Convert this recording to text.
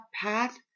path